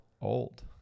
Old